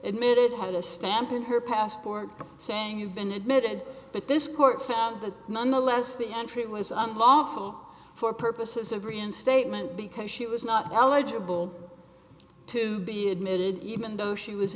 admitted had a stamp on her passport saying you've been admitted but this court found that nonetheless the entry was unlawful for purposes of reinstatement because she was not eligible to be admitted even though she was